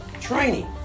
training